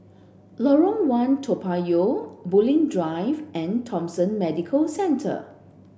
Lorong one Toa Payoh Bulim Drive and Thomson Medical Centre